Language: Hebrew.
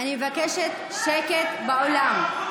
אני מבקשת שקט באולם.